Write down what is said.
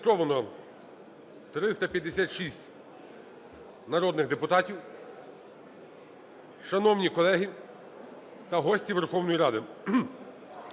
Зареєстровано 356 народних депутатів. Шановні колеги та гості Верховної Ради,